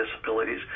disabilities